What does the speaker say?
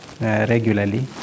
regularly